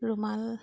ৰুমাল